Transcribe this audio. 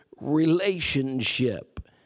relationship